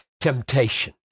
temptation